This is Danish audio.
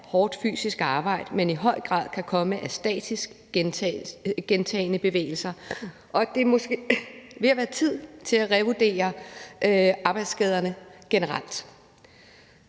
hårdt fysisk arbejde, men som i høj grad kan komme af statisk arbejde med gentagne bevægelser, og at det måske er ved at være tid til at revurdere arbejdsskaderne generelt.